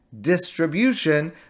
distribution